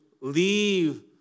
leave